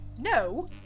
No